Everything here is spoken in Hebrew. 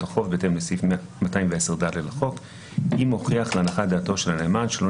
החוב בהתאם לסעיף 210(ד) לחוק אם הוכיח להנחת דעתו של הנאמן שלא